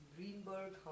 Greenberg